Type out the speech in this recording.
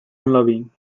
unloving